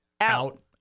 out